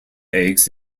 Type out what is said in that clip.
eggs